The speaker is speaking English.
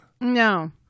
No